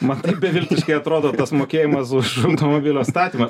man taip beviltiškai atrodo tas mokėjimas už automobilio statymą